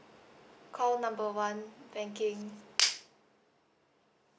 call number one mm banking mm